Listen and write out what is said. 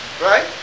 right